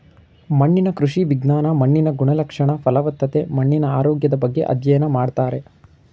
ಮಣ್ಣಿನ ಕೃಷಿ ವಿಜ್ಞಾನ ಮಣ್ಣಿನ ಗುಣಲಕ್ಷಣ, ಫಲವತ್ತತೆ, ಮಣ್ಣಿನ ಆರೋಗ್ಯದ ಬಗ್ಗೆ ಅಧ್ಯಯನ ಮಾಡ್ತಾರೆ